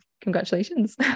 congratulations